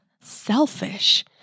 selfish